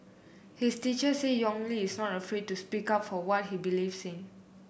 his teacher say Yong Li is not afraid to speak up for what he believes in